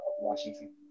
Washington